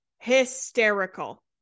hysterical